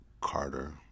Carter